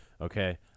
okay